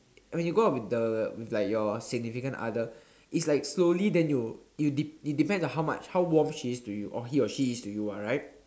when you go out with the with like your significant other it's like slowly then you dep~ depends on how much how warm she is to you or he or she is to you [what] right